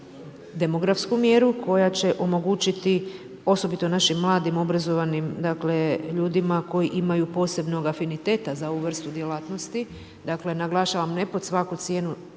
demografsku mjeru, koja će omogućiti osobito našim mladim obrazovanim ljudima, koji imaju posebnog afiniteta za ovu vrstu djelatnosti. Dakle, naglašavam ne pod svaku cijenu,